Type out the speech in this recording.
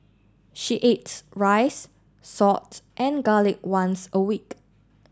she ate rice salt and garlic once a week